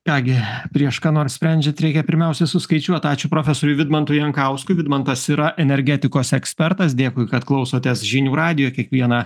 ką gi prieš ką nors sprendžiant reikia pirmiausia suskaičiuot ačiū profesoriui vidmantui jankauskui vidmantas yra energetikos ekspertas dėkui kad klausotės žinių radijo kiekvieną